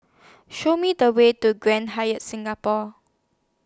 Show Me The Way to Grand Hyatt Singapore